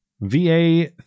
VA